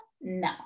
No